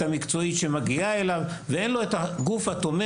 המקצועית שמגיעה אליו ובעצם אין לו את הגוף העוטף,